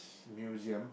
is museum